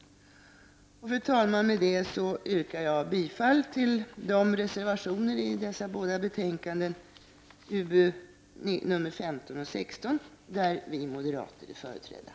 Därmed, fru talman, yrkar jag bifall till de reservationer i dessa båda betänkanden — UbU15 och UbU16 — där vi moderater är företrädda.